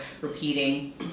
repeating